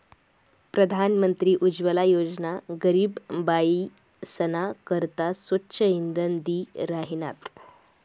प्रधानमंत्री उज्वला योजना गरीब बायीसना करता स्वच्छ इंधन दि राहिनात